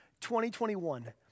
2021